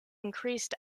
increased